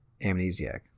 Amnesiac